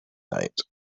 night